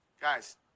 Guys